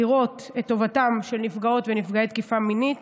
לראות את טובתם של נפגעות ונפגעי תקיפה מינית